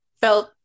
felt